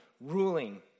ruling